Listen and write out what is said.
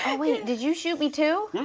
and wait, did you shoot me too?